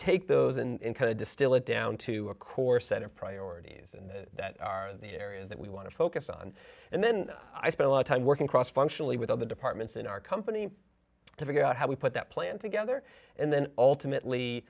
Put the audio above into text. take those in to distill it down to a core set of priorities and that are the areas that we want to focus on and then i spend a lot of time working across functionally with all the departments in our company to figure out how we put that plan together and then ultimately